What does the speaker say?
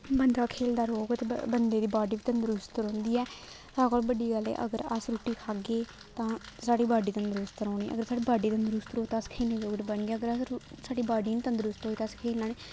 बंदा खेलदा रौह्ग ते बंदे दी बॉड्डी बी तंदरुस्त रौंह्दी ऐ सारें कोला बड्डी गल्ल एह् ऐ अगर अस रुट्टी खाह्गे तां साढ़ी बॉड्डी तंदरूस्त रौह्नी अगर साढ़ी बॉड्डी तंदरुस्त रौह्ग तां अस खेलने जोड़े बनगे साढ़ी बॉड्डी निं तंदरुस्त होई ते असें खेलना निं